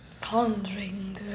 Conjuring